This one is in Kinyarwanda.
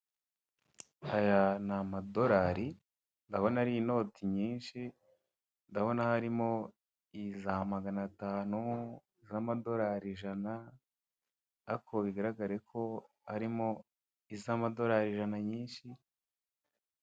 Aya ni amadorari, ndabona ari inoti nyinshi, ndabona harimo iza magana atanu, amadorari ijana ariko bigaragare ko harimo iz'amadorari ijana nyinshi.